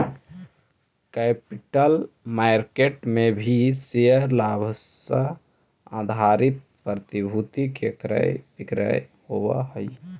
capital market में भी share लाभांश आधारित प्रतिभूति के क्रय विक्रय होवऽ हई